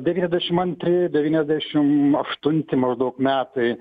devyniasdešim antri devyniasdešim aštunti maždaug metai